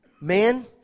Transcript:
man